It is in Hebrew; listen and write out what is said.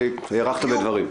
כי נערכנו לדברים.